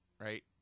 right